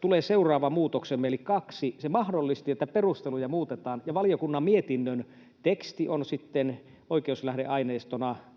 tulee seuraava muutoksemme, eli kaksi. Se mahdollisti, että perusteluja muutetaan ja valiokunnan mietinnön teksti on sitten oikeuslähdeaineistona